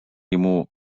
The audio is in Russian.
ему